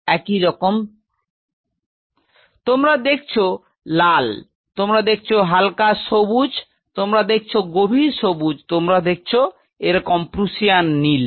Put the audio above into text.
তো তোমরা দেখছ লাল তোমরা দেখছ হাল্কা সবুজ তোমরা দেখছ গভীর সবুজ তোমরা দেখছ এরকম প্রুসিয়ান নীল